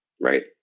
right